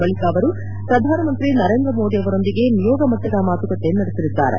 ಬಳಿಕ ಅವರು ಪ್ರಧಾನಮಂತ್ರಿ ನರೇಂದ್ರ ಮೋದಿ ಅವರೊಂದಿಗೆ ನಿಯೋಗಮಟ್ಟದ ಮಾತುಕತೆ ನಡೆಸಲಿದ್ದಾರೆ